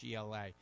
GLA